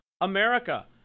America